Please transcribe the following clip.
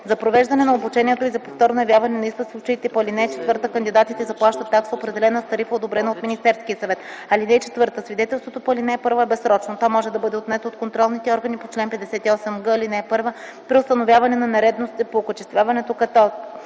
За провеждане на обучението и за повторно явяване на изпит в случаите по ал. 4 кандидатите заплащат такса, определена с тарифа, одобрена от Министерския съвет. (4) Свидетелството по ал. 1 е безсрочно. То може да бъде отнето от контролните органи по чл. 58г, ал. 1 при установяване на нередности по окачествяването, като: